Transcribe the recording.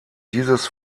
dieses